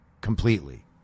completely